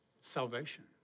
salvation